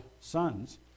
sons